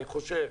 אני חושב,